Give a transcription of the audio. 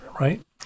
right